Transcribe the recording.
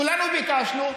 כולנו ביקשנו,